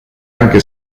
anche